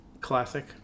classic